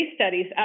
studies